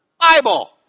Bible